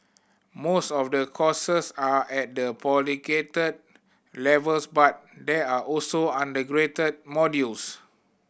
most of the courses are at the postgraduate levels but there are also undergraduate modules